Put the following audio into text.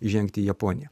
žengti į japoniją